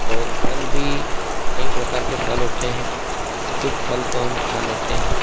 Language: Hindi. और फल भी कई प्रकार के फल होते हैं कुछ फल तो हम खा लेते हैं